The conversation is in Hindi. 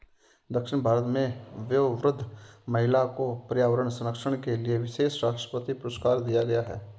दक्षिण भारत में वयोवृद्ध महिला को पर्यावरण संरक्षण के लिए विशेष राष्ट्रपति पुरस्कार दिया गया है